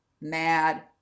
mad